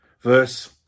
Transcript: Verse